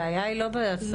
הבעיה היא לא -- לא,